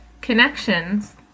connections